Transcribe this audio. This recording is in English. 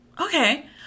Okay